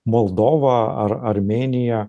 moldova ar armėnija